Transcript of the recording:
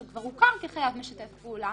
שכבר הוכר כחייב משתף פעולה,